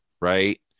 right